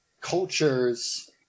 cultures